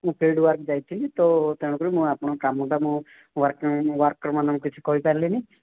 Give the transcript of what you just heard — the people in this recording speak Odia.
ମୁଁ ଫିଲ୍ଡ ୱାର୍କ୍ ଯାଇଥିଲି ତ ତେଣୁ କରି ମୁଁ ଆପଣଙ୍କର କାମଟା ମୁଁ ୱାର୍କରମାନଙ୍କୁ କିଛି କହି ପାରିଲିନି